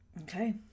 Okay